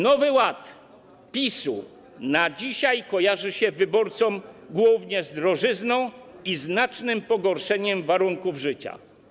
Nowy Ład PiS-u na dzisiaj kojarzy się wyborcom głównie z drożyzną i znacznym pogorszeniem warunków życia.